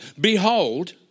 Behold